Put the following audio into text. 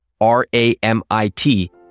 R-A-M-I-T